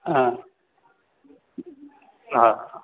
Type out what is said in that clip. हा हा